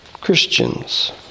Christians